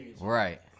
Right